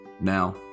Now